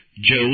Joe